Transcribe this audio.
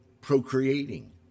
procreating